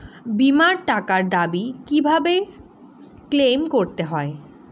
বিমার টাকার দাবি কিভাবে ক্লেইম করতে হয়?